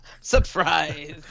Surprise